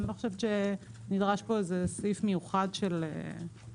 אני לא חושבת שנדרש פה סעיף מיוחד של הסמכה,